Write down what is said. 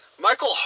Michael